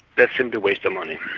that seems a waste of money.